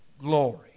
glory